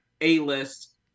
A-list